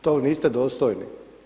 Tog niste dostojni.